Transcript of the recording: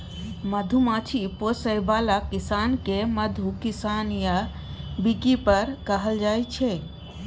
मधुमाछी पोसय बला किसान केँ मधु किसान या बीकीपर कहल जाइ छै